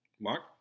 Mark